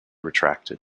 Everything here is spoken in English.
retracted